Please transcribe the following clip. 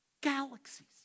Galaxies